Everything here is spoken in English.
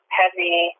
heavy